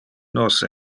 nos